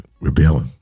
rebelling